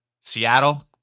Seattle